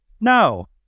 No